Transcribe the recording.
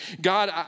God